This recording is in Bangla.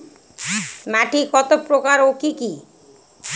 মাটি কত প্রকার ও কি কি?